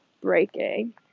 breaking